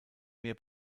mehr